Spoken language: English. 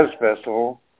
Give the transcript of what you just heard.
festival